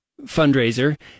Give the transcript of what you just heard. fundraiser